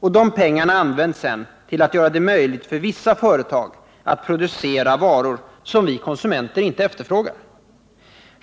De pengarna används sedan till att göra det möjligt för vissa företag att producera varor som vi konsumenter inte efterfrågar.